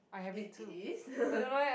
it it is